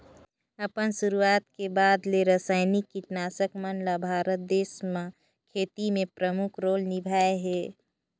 अपन शुरुआत के बाद ले रसायनिक कीटनाशक मन ल भारत देश म खेती में प्रमुख रोल निभाए हे